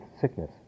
sickness